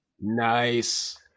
Nice